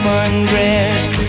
undressed